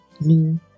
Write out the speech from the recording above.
New